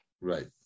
right